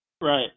Right